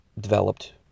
developed